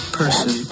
person